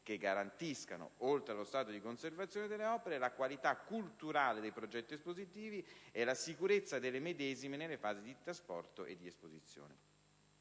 che garantiscono, oltre allo stato di conservazione delle opere, la qualità culturale dei progetti espositivi e la sicurezza delle medesime nelle fasi del trasporto e dell'esposizione.